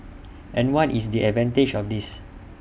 and what is the advantage of this